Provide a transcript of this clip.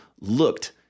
looked